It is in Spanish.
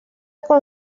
con